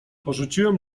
porzuciłem